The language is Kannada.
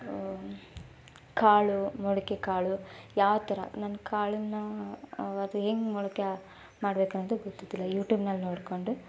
ಕಾಳು ಮೊಳಕೆ ಕಾಳು ಯಾವ ಥರ ನನ್ನ ಕಾಳನ್ನು ಅದು ಹೆಂಗ್ ಮೊಳಕೆ ಮಾಡ್ಬೇಕು ಅನ್ನೋದು ಗೊತ್ತಿದ್ದಿಲ್ಲ ಯೂಟ್ಯೂಬ್ನಲ್ಲಿ ನೋಡಿಕೊಂಡು